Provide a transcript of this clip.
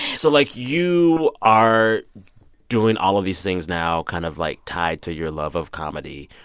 so like, you are doing all of these things now kind of, like, tied to your love of comedy.